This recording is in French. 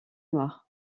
noirs